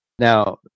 Now